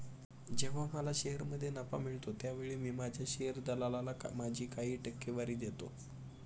जेव्हा मला शेअरमध्ये नफा मिळतो त्यावेळी मी माझ्या शेअर दलालाला माझी काही टक्केवारी देतो